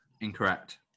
Incorrect